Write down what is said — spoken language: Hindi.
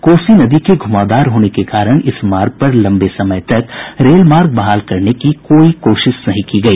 कोसी नदी के घुमावदार होने के कारण इस मार्ग पर लंबे समय तक रेल मार्ग बहाल करने की कोई कोशिश नहीं की गई